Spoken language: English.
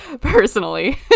Personally